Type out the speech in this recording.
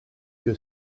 que